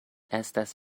estas